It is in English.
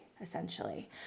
essentially